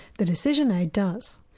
the decision aid does,